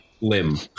Limb